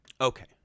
Okay